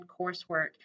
coursework